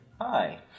Hi